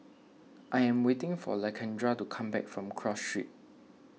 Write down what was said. I am waiting for Lakendra to come back from Cross Street